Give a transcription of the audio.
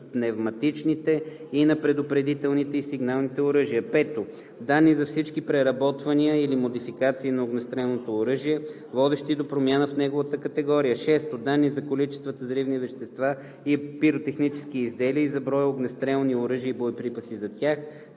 пневматичните и на предупредителните и сигнални оръжия; 5. данни за всички преработвания или модификации на огнестрелно оръжие, водещи до промяна в неговата категория; 6. данни за количествата взривни вещества и пиротехнически изделия и за броя огнестрелни оръжия и боеприпаси за тях,